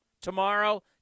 Tomorrow